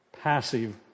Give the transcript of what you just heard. passive